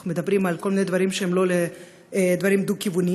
אנחנו מדברים על כל מיני דברים שהם לא דברים דו-כיווניים,